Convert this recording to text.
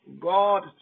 God